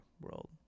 world